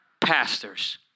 Pastors